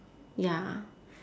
ya